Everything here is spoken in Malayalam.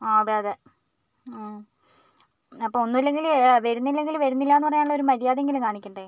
അതെ അതെ ആ അപ്പോൾ ഒന്നുമില്ലെങ്കിൽ വരുന്നില്ലെങ്കിൽ വരുന്നില്ലാന്ന് പറയാനുള്ള ഒരു മര്യാദ എങ്കിലും കാണിക്കണ്ടേ